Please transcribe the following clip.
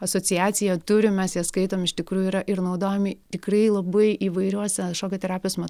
asociaciją turim mes ją skaitom iš tikrųjų yra ir naudojami tikrai labai įvairiuose šokio terapijos me